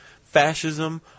fascism